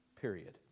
period